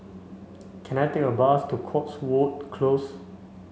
can I take a bus to Cotswold Close